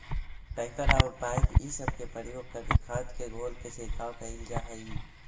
tanker औउर pipe इ सब के प्रयोग करके खाद के घोल के छिड़काव कईल जा हई